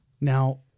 Now